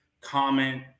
comment